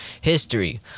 history